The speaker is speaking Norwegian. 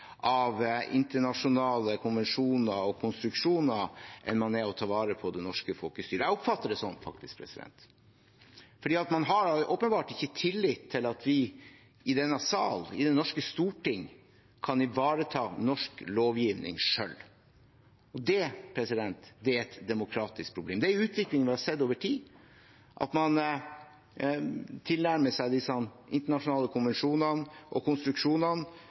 av internasjonale konvensjoner og konstruksjoner enn man er av å ta vare på det norske folkestyret. Jeg oppfatter det faktisk sånn, for man har åpenbart ikke tillit til at vi i denne sal, i det norske storting, kan ivareta norsk lovgivning selv. Det er et demokratisk problem. Det er en utvikling vi har sett over tid, at man tilnærmer seg disse internasjonale konvensjonene og konstruksjonene